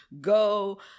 go